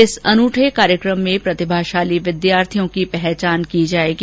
इस अनूठे कार्यक्रम में प्रतिभाशाली विद्यार्थियों की पहचान की जाएगी